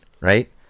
right